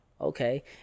Okay